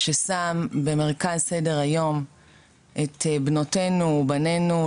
ששם במרכז סדר היום את בנותינו ובנינו,